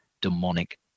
demonic